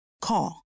Call